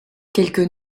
quelques